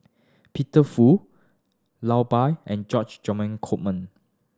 Peter Fu and George Coleman